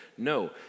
No